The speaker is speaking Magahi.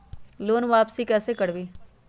लोन वापसी कैसे करबी?